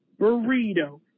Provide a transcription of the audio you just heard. Burrito